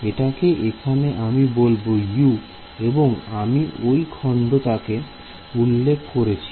এটাকে এখানে আমি বলব U এবং আমি ওই খন্ড তাকে উল্লেখ করছি